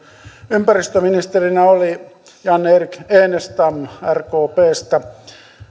ympäristöministerinä oli jan erik enestam rkpstä